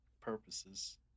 purposes